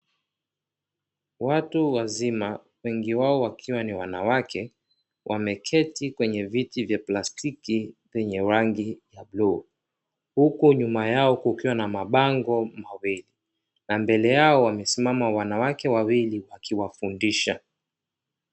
Watu wazima wengi wao wakiwa ni wanawake wameketi kwenye viti vya plastiki vyenye rangi ya bluu, huku nyuma yao kukiwa na mabango mawili na mbele yao wamesimama wanawake wawili wakiwafundisha.